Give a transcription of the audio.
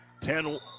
Ten